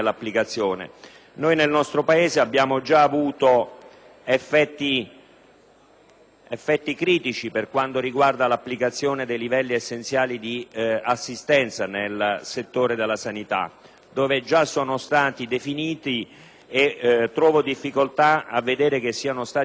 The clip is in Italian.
effetti critici per quanto riguarda l'applicazione dei livelli essenziali di assistenza nel settore della sanità, dove già sono stati definiti, e provo difficoltà a constatare che siano stati applicati con criteri omogenei nelle venti Regioni d'Italia.